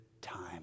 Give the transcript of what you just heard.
time